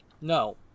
No